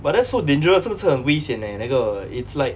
but that's so dangerous 真的是很危险 leh 那个 it's like